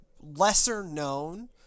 lesser-known